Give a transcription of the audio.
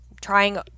trying